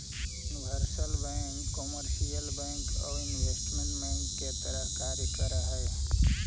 universal bank commercial bank आउ investment bank के तरह कार्य कर हइ